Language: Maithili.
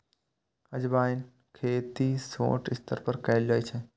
अजवाइनक खेती छोट स्तर पर कैल जाइ छै